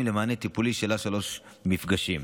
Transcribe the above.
למענה טיפולי של עד שלושה מפגשים.